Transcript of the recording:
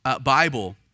Bible